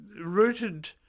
rooted